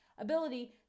ability